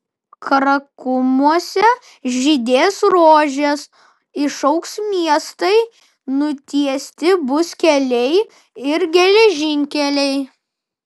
karakumuose žydės rožės išaugs miestai nutiesti bus keliai ir geležinkeliai